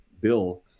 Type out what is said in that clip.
bill